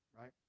right